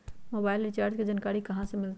Mobile recharge के जानकारी कहा से मिलतै?